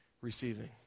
receiving